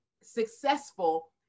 successful